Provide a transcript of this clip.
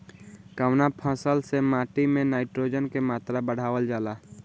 कवना फसल से माटी में नाइट्रोजन के मात्रा बढ़ावल जाला?